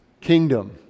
kingdom